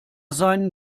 seinen